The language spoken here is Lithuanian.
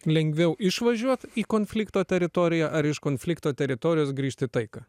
lengviau išvažiuot į konflikto teritoriją ar iš konflikto teritorijos grįžt į taiką